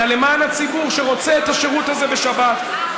אלא למען הציבור שרוצה את השירות הזה בשבת.